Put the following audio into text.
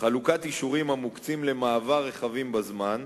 חלוקת אישורים המוקצים למעבר רכבים בזמן,